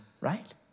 right